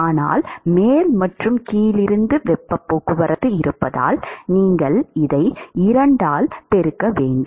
ஆனால் மேல் மற்றும் கீழிருந்து வெப்பப் போக்குவரத்து இருப்பதால் நீங்கள் 2 ஆல் பெருக்க வேண்டும்